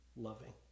loving